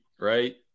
right